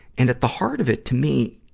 and at the heart of it, to me,